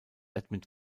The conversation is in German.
edmund